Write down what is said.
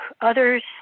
others